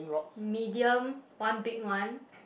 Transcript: medium one big one